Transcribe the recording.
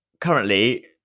currently